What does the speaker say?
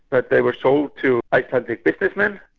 but they were sold to icelandic businessmen,